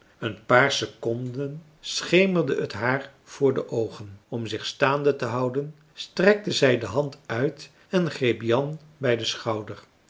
een paar seconden schemerde t haar voor de oogen om zich staande te houden strekte zij de hand uit en greep jan bij den schouder